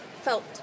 felt